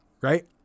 Right